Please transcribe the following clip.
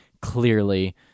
Clearly